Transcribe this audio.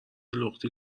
لختی